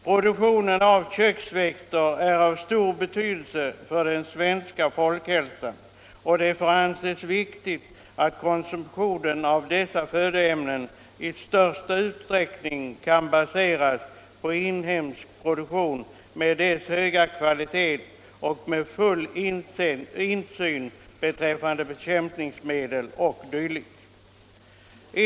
Produktionen av köksväxter är av stor betydelse för den svenska folkhälsan, och det får anses viktigt att konsumtionen av dessa födoämnen i största utsträckning kan baseras på inhemsk produktion med dess höga kvalitet och med full insyn beträffande bekämpningsmedel o. d.